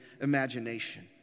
imagination